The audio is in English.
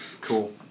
Cool